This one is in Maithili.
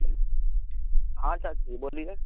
हँ चाची बोलियै